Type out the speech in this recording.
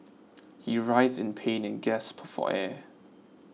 he writhed in pain and gasped for air